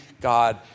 God